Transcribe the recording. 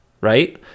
Right